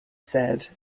said